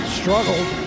struggled